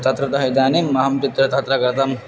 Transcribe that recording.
तत्रतः इदानीम् अहं पित्र तत्र गतम्